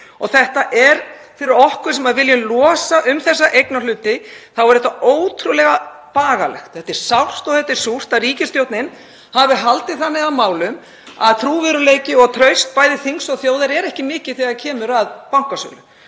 Fyrir okkur sem viljum losa um þessa eignarhluti er þetta ótrúlega bagalegt. Það er sárt og það er súrt að ríkisstjórnin hafi haldið þannig á málum að trúverðugleiki og traust þings og þjóðar sé ekki mikið þegar kemur að bankasölu.